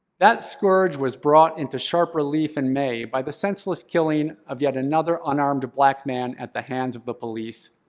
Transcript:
that scourge was brought into sharp relief in may by the senseless killing of yet another unarmed black man at the hands of the police,